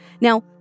Now